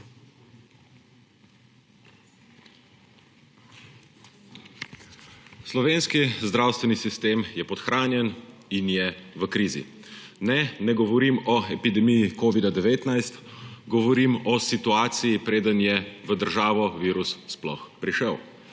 Slovenski zdravstveni sistem je podhranjen in je v krizi. Ne ne govorim o epidemiji covid-19, govorim o situaciji, preden je v državo virus sploh prišel.